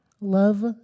love